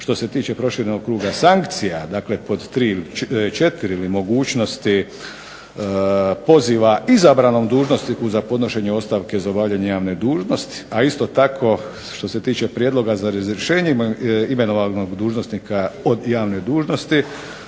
Što se tiče proširenog kruga sankcija, dakle pod tri, četiri mogućnosti poziva izabranom dužnosniku za podnošenje ostavke za obavljanje javne dužnosti, a isto tako što se tiče prijedloga za razrješenje imenovanog dužnosnika od javne dužnosti,